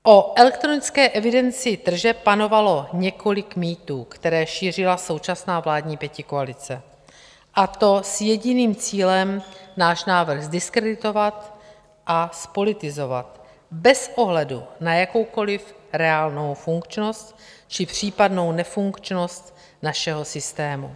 O elektronické evidenci tržeb panovalo několik mýtů, které šířila současná vládní pětikoalice, a to s jediným cílem náš návrh zdiskreditovat a zpolitizovat bez ohledu na jakoukoliv reálnou funkčnost či případnou nefunkčnost našeho systému.